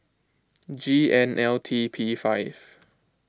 G N L T P five